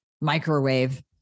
microwave